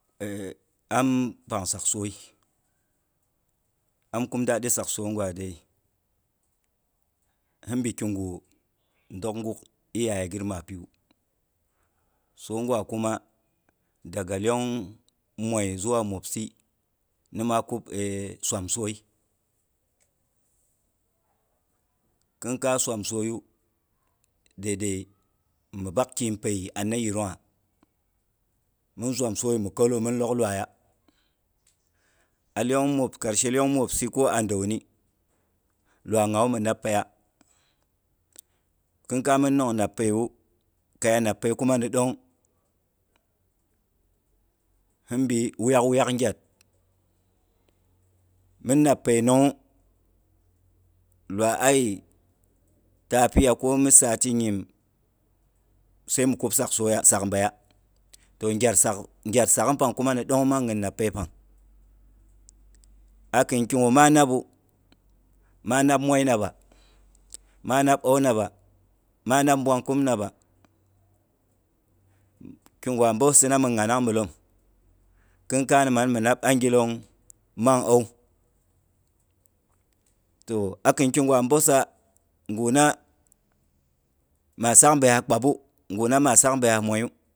am pang sak soi, am kum dadi sak soi gwa dei. Hiribi kigu dok guk iyaye gir maa piwu soi gwa kuma daga lyong mwoi zuwa mwopsi ni ma kub e swam soi. Khinkai swam soi yu, dai dai mi bak kiim peiyi ana yirungha. Min zwan soi yi mi k1la min log lwaiya. Along mwop, kashe lyong mwopsi ko a lyong dauni, lwa nghawa mi nap peiya. Khinkai min nong nampeiyu kaya napei kuma ni ɗong, hinbi wuyak wuyak nayat. Min napei nongwu, lwa ayi tapi ko misati nyim, sai mi kup sak soya sak beiya. Toh ngyar saagh pang kuma ni ɗong mang nyin napei pang a kin kigu maa nabu: maa nap moi naba, maa nap au naba, maa nab mbwangkim naba. Kigwa boh sina min nghanang milom. Kinkaina man mi nab angilong, mang au. Toh akim kigwa bohsa, gwu na maa sak beiya kpabu, ngwu na ma saak beiya moiyu